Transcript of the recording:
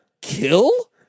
Kill